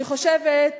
אני חושבת,